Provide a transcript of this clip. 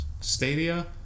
Stadia